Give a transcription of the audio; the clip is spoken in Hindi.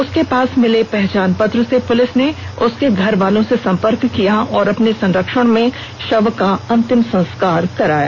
उसके पास मिले पहचान पत्र से पुलिस ने उसके घर वालों से सम्पर्क किया और अपने संरक्षण में शव का अंतिम संस्कार कराया